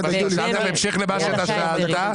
בהמשך למה שאתה שאלת,